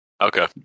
Okay